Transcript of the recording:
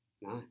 No